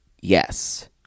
yes